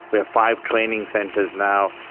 we have five training centres now,